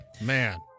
Man